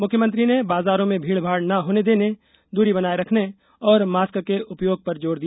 मुख्यमंत्री ने बाजारों में भीड़भाड़ न होने देने दूरी बनाये रखने और मास्क के उपयोग पर जोर दिया